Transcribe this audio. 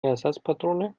ersatzpatrone